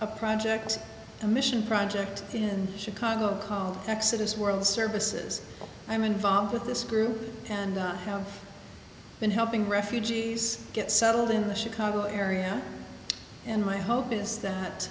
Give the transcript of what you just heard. a project a mission project in chicago called exodus world services i'm involved with this group and have been helping refugees get settled in the chicago area and my hope is